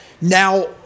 now